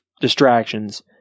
distractions